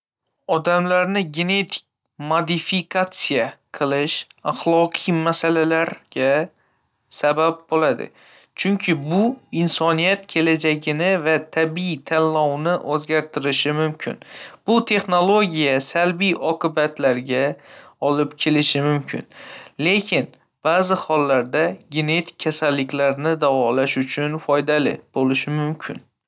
Odamlarni genetik modifikatsiya qilish axloqiy masalalarga sabab bo‘ladi, chunki bu insoniyat kelajagini va tabiiy tanlovni o‘zgartirishi mumkin. Bu texnologiya salbiy oqibatlarga olib kelishi mumkin, lekin ba'zi hollarda genetik kasalliklarni davolash uchun foydali bo‘lishi mumkin.